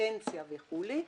הפנסיה וכולי,